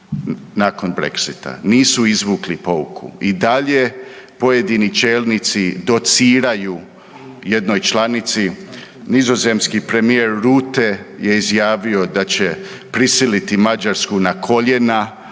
nakon Brexita. Nisu izvukli pouku. I dalje pojedini čelnici dociraju jednoj članici. Nizozemski premijer Rutte je izjavio da će prisiliti Mađarsku na koljena